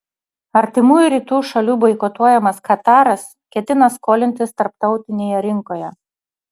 artimųjų rytų šalių boikotuojamas kataras ketina skolintis tarptautinėje rinkoje